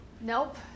Nope